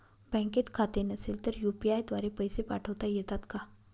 बँकेत खाते नसेल तर यू.पी.आय द्वारे पैसे पाठवता येतात का?